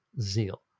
zeal